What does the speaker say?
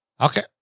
Okay